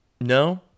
No